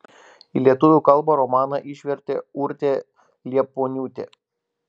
į lietuvių kalbą romaną išvertė urtė liepuoniūtė